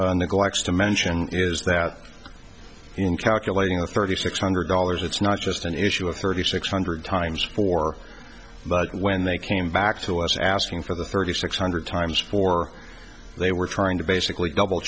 g neglects to mention is that in calculating the thirty six hundred dollars it's not just an issue of thirty six hundred times four but when they came back to us asking for the thirty six hundred times for they were trying